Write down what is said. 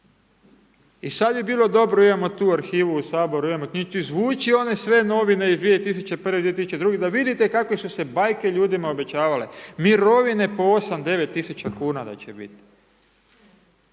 I sada bi bilo dobro, imamo tu arhivu u Saboru, izvući one sve novine iz 2001., 2002. da vidite kakve su se bajke ljudima obećavale, mirovine po 8-9 tisuća kuna da će biti.